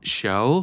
show